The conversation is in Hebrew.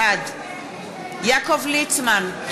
בעד יעקב ליצמן,